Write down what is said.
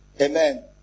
amen